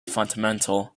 fundamental